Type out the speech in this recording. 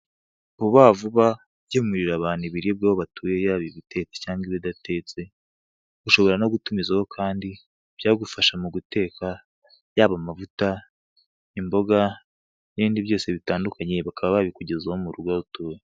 Vuba Vuba igemurira abantu ibiribwa aho batuye yaba ibitetse cyangwa ibidatetse, ushobora no gutumizaho kandi ibyagufasha mu guteka yaba amavuta, imboga n'ibindi byose bitandukanye bakaba babikugezaho mu rugo aho utuye.